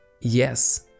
yes